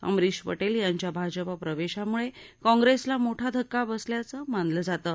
अमरिश पटेल यांच्या भाजपा प्रवेशामुळे काँप्रेसला मोठा धक्का बसल्याचं मानलं जातं